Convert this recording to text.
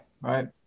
Right